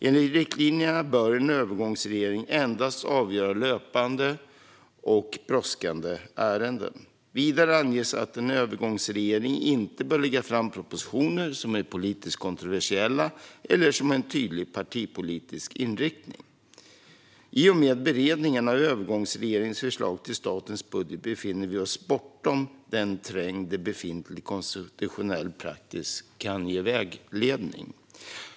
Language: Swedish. Enligt riktlinjerna bör en övergångsregering endast avgöra löpande och brådskande ärenden. Vidare anges att en övergångsregering inte bör lägga fram propositioner som är politiskt kontroversiella eller som har en tydlig partipolitisk inriktning. I och med beredningen av övergångsregeringens förslag till statens budget befinner vi oss bortom den terräng där befintlig konstitutionell praxis kan ge vägledning.